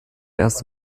erst